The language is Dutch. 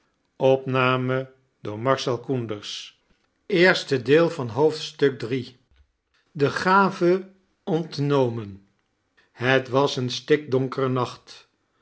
hoofdstuk de gave ontnomen het was een stikdonkere nacht